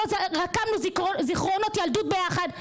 שלא רקמנו זיכרונות ילדות ביחד,